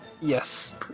yes